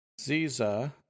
Ziza